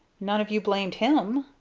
none of you blamed him.